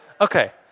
Okay